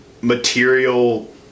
material